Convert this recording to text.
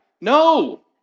No